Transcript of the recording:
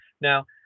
Now